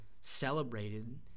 celebrated